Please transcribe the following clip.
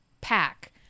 pack